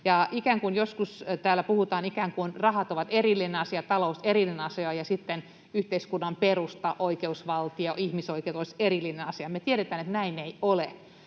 joskus täällä puhutaan ikään kuin rahat olisivat erillinen asia, talous erillinen asia, ja sitten yhteiskunnan perusta, oikeusvaltio, ihmisoikeudet olisivat erillinen asia. Me tiedetään, että näin ei ole,